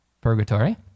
purgatory